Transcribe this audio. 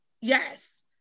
yes